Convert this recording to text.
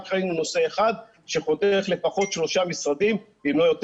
רק ראינו נושא אחד שחותך לפחות שלושה משרדים אם לא יותר.